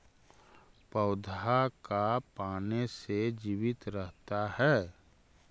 पौधा का पाने से जीवित रहता है?